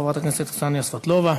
חברת הכנסת קסניה סבטלובה.